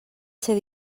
ser